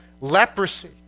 leprosy